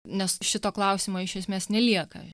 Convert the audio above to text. nes šito klausimo iš esmės nelieka